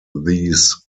these